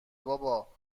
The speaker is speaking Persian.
بابا